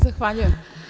Zahvaljujem.